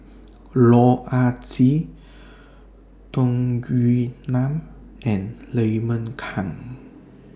Loh Ah Chee Tung Yue Nang and Raymond Kang